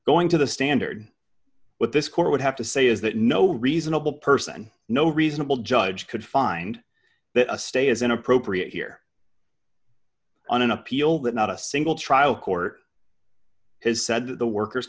going to the standard what this court would have to say is that no reasonable person no reasonable judge could find that a stay is inappropriate here on an appeal that not a single trial court has said the workers